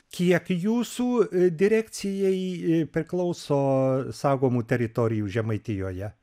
kiek jūsų direkcijai priklauso saugomų teritorijų žemaitijoje